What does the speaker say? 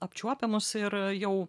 apčiuopiamus ir jau